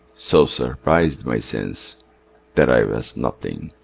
so surprised my sense that i was nothing.